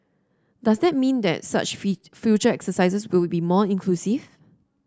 does that mean that such future exercises will be more inclusive